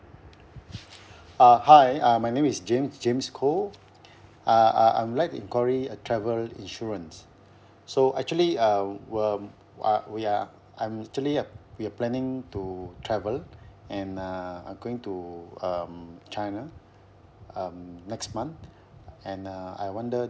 uh hi uh my name is james james koh uh I I'd like to enquiry a travel insurance so actually uh were uh we are I'm actually we are planning to travel and uh are going to um china um next month and uh I wonder